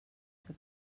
que